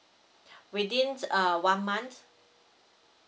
within uh one month